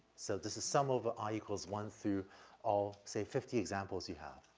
so this is sum over i equals one through all, say, fifty examples you have,